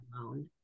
alone